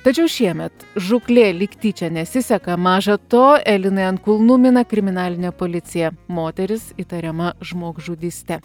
tačiau šiemet žūklė lyg tyčia nesiseka maža to elinai ant kulnų mina kriminalinė policija moteris įtariama žmogžudyste